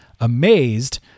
Amazed